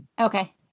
okay